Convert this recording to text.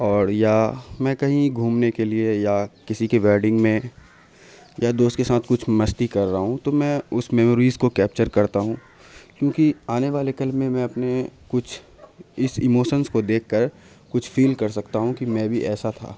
اور یا میں کہیں گھومنے کے لیے یا کسی کے ویڈنگ میں یا دوست کے سانتھ کچھ مستی کر رہا ہوں تو میں اس میموریز کو کیپچر کرتا ہوں کیونکہ آنے والے کل میں میں اپنے کچھ اس ایموشنس کو دیکھ کر کچھ فیل کر سکتا ہوں کہ میں بھی ایسا تھا